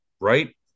Right